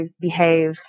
behave